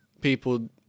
people